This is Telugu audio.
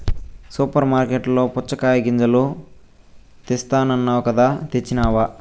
సూపర్ మార్కట్లలో పుచ్చగాయ గింజలు తెస్తానన్నావ్ కదా తెచ్చినావ